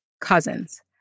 cousins